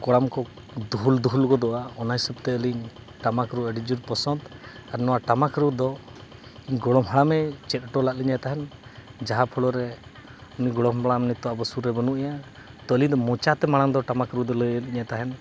ᱠᱚᱲᱟᱢ ᱠᱚ ᱫᱩᱦᱩᱞ ᱫᱩᱦᱩᱞ ᱜᱚᱫᱚᱜᱼᱟ ᱚᱱᱟ ᱦᱤᱥᱟᱹᱵᱽ ᱛᱮ ᱟᱹᱞᱤᱧ ᱴᱟᱢᱟᱠ ᱨᱩ ᱟᱹᱰᱤ ᱡᱳᱨ ᱯᱚᱥᱚᱱᱫᱽ ᱟᱨ ᱱᱚᱣᱟ ᱴᱟᱢᱟᱠ ᱨᱩ ᱫᱚ ᱤᱧ ᱜᱚᱲᱚᱢ ᱦᱟᱲᱟᱢᱮ ᱪᱮᱫ ᱦᱚᱴᱚᱣᱟᱫ ᱞᱤᱧ ᱛᱟᱦᱮᱸᱫ ᱡᱟᱦᱟᱸ ᱯᱷᱳᱲᱳ ᱨᱮ ᱤᱧ ᱜᱚᱲᱚᱢ ᱦᱟᱲᱟᱢ ᱟᱵᱚ ᱥᱩᱨ ᱨᱮ ᱱᱤᱛᱚᱜ ᱵᱟᱹᱱᱩᱭᱟ ᱛᱚ ᱟᱹᱞᱤᱧ ᱫᱚ ᱢᱚᱪᱟ ᱛᱮ ᱢᱟᱲᱟᱝ ᱫᱚ ᱴᱟᱢᱟᱠ ᱨᱩᱫᱚᱭ ᱞᱟᱹᱭᱟᱫ ᱞᱤᱧ ᱛᱟᱦᱮᱱ